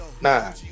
Nah